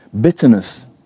Bitterness